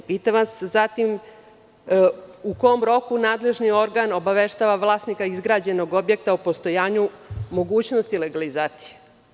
Zatim vas pitam u kom roku nadležni organ obaveštava vlasnika izgrađenog objekta o postojanju mogućnosti legalizacije?